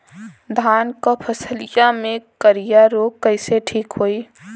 धान क फसलिया मे करईया रोग कईसे ठीक होई?